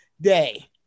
day